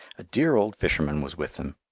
a dear old fisherman was with them,